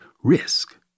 Risk